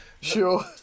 Sure